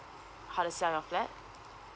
how to sell your flat